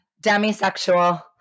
Demisexual